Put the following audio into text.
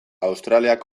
australiak